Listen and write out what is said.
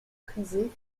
prisés